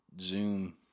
zoom